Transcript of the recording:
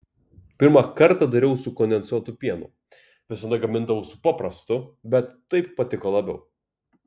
pirmą kartą dariau su kondensuotu pienu visada gamindavau su paprastu bet taip patiko labiau